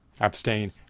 abstain